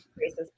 races